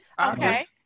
Okay